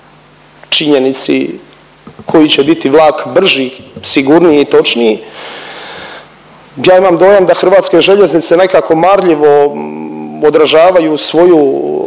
činjenici koji će biti vlak brži, sigurniji i točniji, ja imam dojam da HŽ nekako marljivo odražavaju svoju